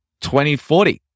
2040